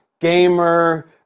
gamer